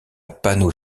panneau